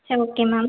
சரி okay ma'am